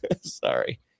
sorry